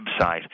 website